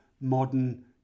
modern